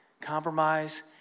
Compromise